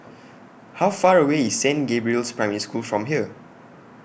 How Far away IS Saint Gabriel's Primary School from here